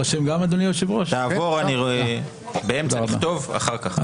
תעבור, אני באמצע כתיבה, אחר כך.